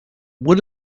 would